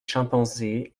chimpanzés